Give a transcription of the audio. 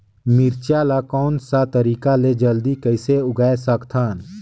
मिरचा ला कोन सा तरीका ले जल्दी कइसे उगाय सकथन?